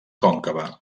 còncava